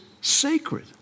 sacred